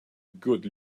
good